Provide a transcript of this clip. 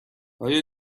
آیا